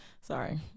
sorry